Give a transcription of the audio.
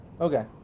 Okay